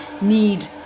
need